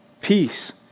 peace